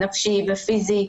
נפשיות ופיזיות,